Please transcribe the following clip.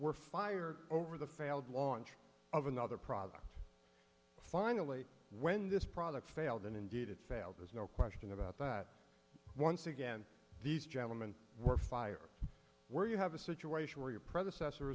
were fired over the failed launch of another product finally when this product failed and indeed it failed there's no question about that once again these gentlemen were fired were you have a situation where your predecessor